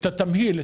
את התמהיל,